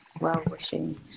well-wishing